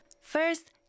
First